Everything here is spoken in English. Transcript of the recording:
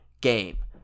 game